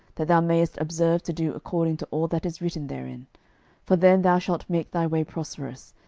that thou mayest observe to do according to all that is written therein for then thou shalt make thy way prosperous,